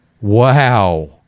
Wow